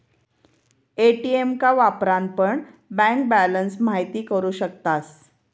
ATM का वापरान पण बँक बॅलंस महिती करू शकतास